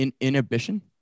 inhibition